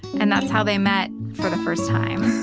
and that's how they met for the first time.